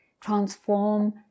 transform